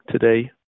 today